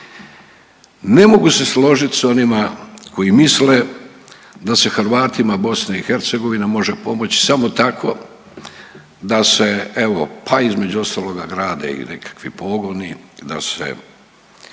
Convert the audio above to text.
Ne mogu se složiti s onima koji misle da se Hrvatima BiH može pomoći samo tako da se evo pa između ostaloga grade i nekakvi pogoni, da se